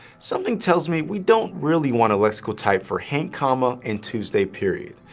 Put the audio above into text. something tells me we don't really want a lexical type for hank-comma and tuesday-period,